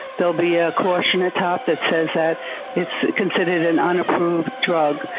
there'll be a caution at top that says that it's considered an unapproved drug.